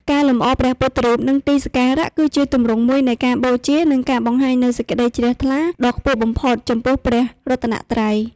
ការលម្អព្រះពុទ្ធរូប និងទីសក្ការៈ គឺជាទម្រង់មួយនៃការបូជា និងការបង្ហាញនូវសេចក្តីជ្រះថ្លាដ៏ខ្ពស់បំផុត ចំពោះព្រះរតនត្រ័យ។